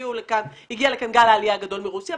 כשהגיע לכאן גל העלייה הגדול מרוסיה,